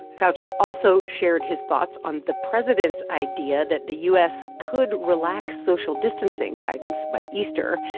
fauci also shared his thoughts on the president's idea that the u s. could relax social distancing guidance by easter.